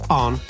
on